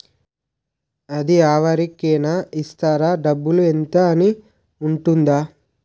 అది అవరి కేనా ఇస్తారా? డబ్బు ఇంత అని ఉంటుందా?